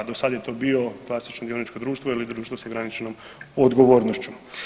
Do sada je to bio klasično dioničko društvo ili društvo sa ograničenom odgovornošću.